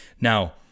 Now